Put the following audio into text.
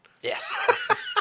yes